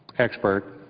expert,